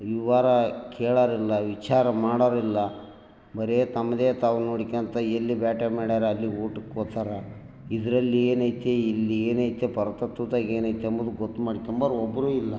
ವಿವರ ಕೇಳೋರಿಲ್ಲ ವಿಚಾರ ಮಾಡೋರಿಲ್ಲ ಬರೀ ತಮ್ಮದೇ ತಾವು ನೋಡಿಕೋಂತ ಎಲ್ಲಿ ಬೇಟೆ ಮಾಡರೆ ಅಲ್ಲಿಗೆ ಊಟಕ್ಕೆ ಹೋತರ ಇದರಲ್ಲಿ ಏನೈತೆ ಇಲ್ಲಿ ಏನೈತೆ ಪರತತ್ವದಾಗ್ ಏನೈತೆ ಅಂಬೋದ್ ಗೊತ್ತು ಮಾಡ್ಕೊಂಬರು ಒಬ್ಬರು ಇಲ್ಲ